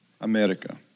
america